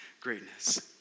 greatness